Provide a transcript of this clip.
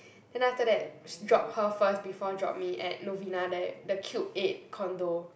then after that sh~ drop her first before drop me at Novena there the Cube Eight condo